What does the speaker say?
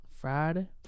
Friday